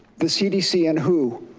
the cdc and who.